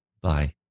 Bye